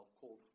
called